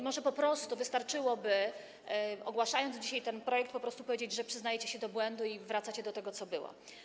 Może po prostu wystarczyłoby, ogłaszając dzisiaj ten projekt, powiedzieć, że przyznajecie się do błędu i wracacie do tego, co było.